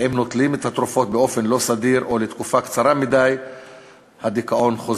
ואם נוטלים את התרופות באופן לא סדיר או לתקופה קצרה מדי הדיכאון חוזר.